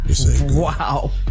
Wow